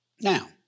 Now